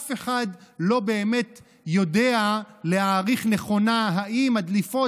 אף אחד לא באמת יודע להעריך נכונה אם הדליפות